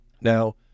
Now